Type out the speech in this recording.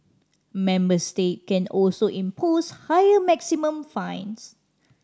member states can also impose higher maximum fines